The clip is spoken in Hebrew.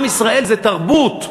עם ישראל זה תרבות.